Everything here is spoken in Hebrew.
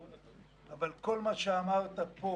אבל כל מה שאמרת פה